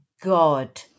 God